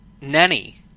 nanny